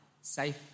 safe